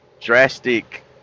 drastic